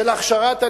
של הכשרת הנהגים.